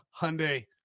Hyundai